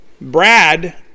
Brad